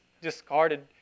discarded